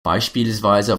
beispielsweise